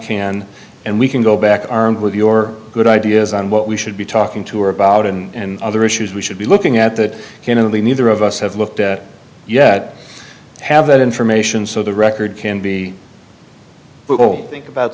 can and we can go back armed with your good ideas on what we should be talking to her about and other issues we should be looking at that can only neither of us have looked at yet have that information so the record can be but we'll think about